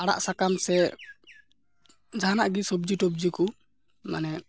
ᱟᱲᱟᱜᱼᱥᱟᱠᱟᱢ ᱥᱮ ᱡᱟᱦᱟᱱᱟᱜ ᱜᱮ ᱥᱚᱵᱽᱡᱤᱼᱴᱚᱵᱽᱡᱤ ᱠᱚ ᱢᱟᱱᱮ